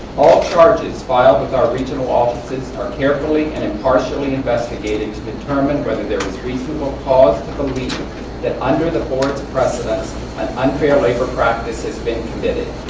all charges filed with our regional offices are carefully and impartially investigated to determine whether there is reasonable cause to believe that under the board's precedents an unfair labor practice has been committed.